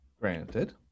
Granted